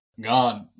god